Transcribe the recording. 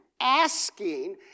asking